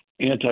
anti